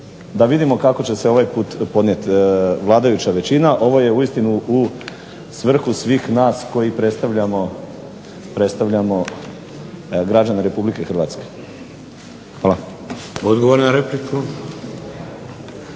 da vidimo kako će se ovaj put ponijet vladajuća većina. Ovo je uistinu u svrhu svih nas koji predstavljamo građane Republike Hrvatske. Hvala. **Šeks,